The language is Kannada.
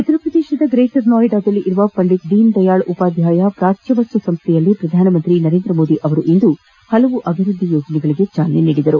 ಉತ್ತರ ಪ್ರದೇಶದ ಗ್ರೇಟರ್ ನೊಯ್ಡಾದಲ್ಲಿ ಇರುವ ಪಂಡಿತ್ ದೀನ್ ದಯಾಳ್ ಉಪಾಧ್ವಾಯ ಪಾಚ್ಠವಸ್ತು ಸಂಸ್ಥೆಯಲ್ಲಿ ಪ್ರಧಾನಮಂತ್ರಿ ನರೇಂದ್ರಮೋದಿ ಅವರು ಇಂದು ಪಲವು ಅಭಿವೃದ್ಧಿ ಯೋಜನೆಗಳಿಗೆ ಚಾಲನೆ ನೀಡಲಿದ್ದಾರೆ